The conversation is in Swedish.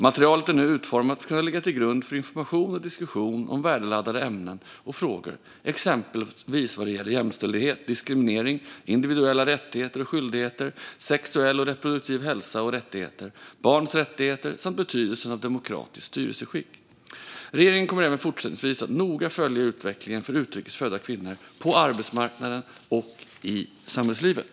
Materialet är nu utformat för att kunna ligga till grund för information och diskussion om värdeladdade ämnen och frågor, exempelvis vad gäller jämställdhet, diskriminering, individuella rättigheter och skyldigheter, sexuell och reproduktiv hälsa och rättigheter, barns rättigheter samt betydelsen av ett demokratiskt styrelseskick. Regeringen kommer även fortsättningsvis att noga följa utvecklingen för utrikes födda kvinnor på arbetsmarknaden och i samhällslivet.